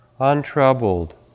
untroubled